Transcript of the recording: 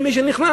אין מי שנכנס.